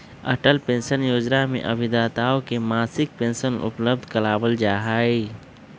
Atal pension योजना में अभिदाताओं के मासिक पेंशन उपलब्ध करावल जाहई